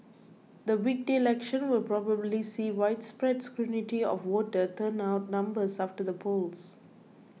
the weekday election will probably see widespread scrutiny of voter turnout numbers after the polls